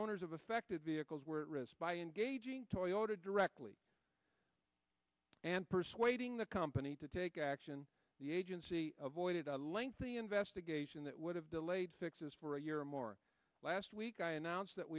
owners of affected vehicles were at risk by engaging toyota directly and persuading the company to take action the agency avoided a lengthy investigation that would have delayed fixes for a year or more last week i announced that